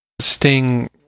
Sting